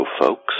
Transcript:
folks